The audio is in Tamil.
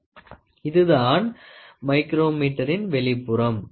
இதுதான் மைக்ரோமீட்டரின் வெளிப்புறம் ஆகும்